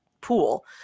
pool